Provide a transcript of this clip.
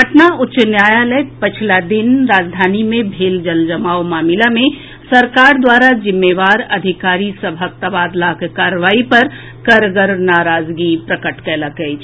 पटना उच्च न्यायालय पछिला दिन राजधानी मे भेल जलजमाव मामिला मे सरकार द्वारा जिम्मेवार अधिकारी सभक तबादलाक कार्रवाई पर कड़गर नाराजगी प्रकट कयलक अछि